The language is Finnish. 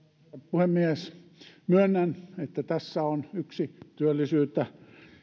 puhemies myönnän että tässä on yksi työllisyyttä